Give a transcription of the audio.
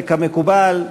וכמקובל,